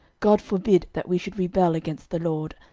god forbid that we should rebel against the lord,